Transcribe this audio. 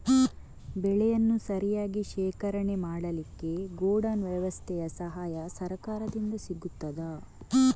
ಬೆಳೆಯನ್ನು ಸರಿಯಾಗಿ ಶೇಖರಣೆ ಮಾಡಲಿಕ್ಕೆ ಗೋಡೌನ್ ವ್ಯವಸ್ಥೆಯ ಸಹಾಯ ಸರಕಾರದಿಂದ ಸಿಗುತ್ತದಾ?